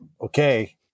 okay